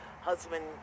husband